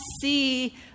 see